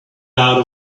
out